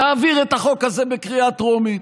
נעביר את החוק הזה בקריאה טרומית,